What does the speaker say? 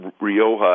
Rioja